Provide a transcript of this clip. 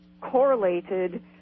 correlated